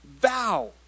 vow